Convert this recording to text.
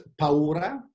paura